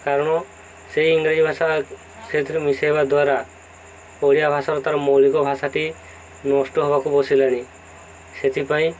କାରଣ ସେହି ଇଂରାଜୀ ଭାଷା ସେଥିରେ ମିଶେଇବା ଦ୍ୱାରା ଓଡ଼ିଆ ଭାଷାର ତା'ର ମୌଳିକ ଭାଷାଟି ନଷ୍ଟ ହେବାକୁ ବସିଲାଣି ସେଥିପାଇଁ